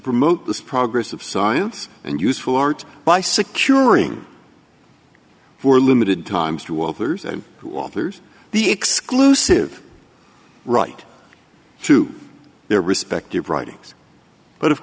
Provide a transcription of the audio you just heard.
promote the progress of science and useful arts by securing for limited times to authors and who authors the exclusive right to their respective writings but of